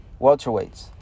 welterweights